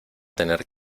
tener